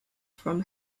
from